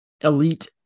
elite